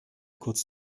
kurz